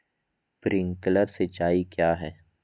Sprinkler सिंचाई क्या है?